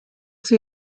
sie